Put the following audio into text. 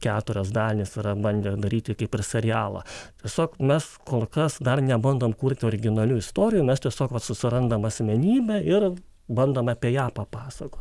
keturios dalys yra bandę daryti kaip ir serialą tiesiog mes kol kas dar nebandom kurti originalių istorijų mes tiesiog vat surandam asmenybę ir bandom apie ją papasakot